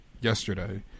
yesterday